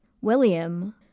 William